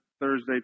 Thursday